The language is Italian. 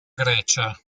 grecia